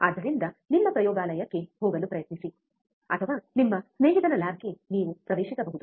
ಆದ್ದರಿಂದ ನಿಮ್ಮ ಪ್ರಯೋಗಾಲಯಕ್ಕೆ ಹೋಗಲು ಪ್ರಯತ್ನಿಸಿ ಅಥವಾ ನಿಮ್ಮ ಸ್ನೇಹಿತನ ಲ್ಯಾಬ್ಗೆ ನೀವು ಪ್ರವೇಶಿಸಬಹುದು